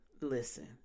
listen